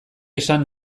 izan